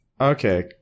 Okay